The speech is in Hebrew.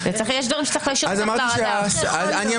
יש דברים שצריך --- אני אמשיך.